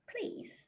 Please